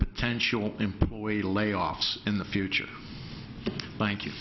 potential employee layoffs in the future thank you